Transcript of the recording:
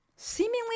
Seemingly